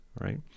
right